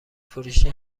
فروشی